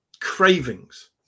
Cravings